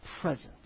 presence